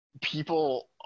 people